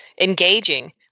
engaging